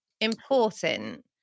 important